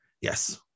Yes